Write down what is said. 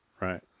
right